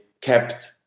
kept